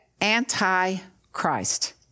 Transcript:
anti-Christ